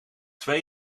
twee